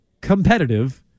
competitive